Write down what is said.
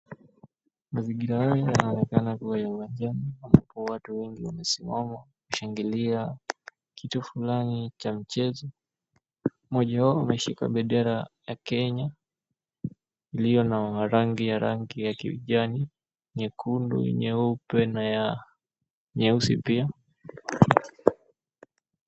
Mazingira haya yanaonekana kuwa ya uwanja ambapo watu wengi wamesimama kushangilia kitu fulani cha mchezo. Mmoja wao ameshika bendera ya Kenya iliyo na rangi ya rangi ya kijani, nyekundu, nyeupe na ya nyeusi pia.